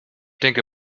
denke